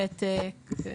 ותק,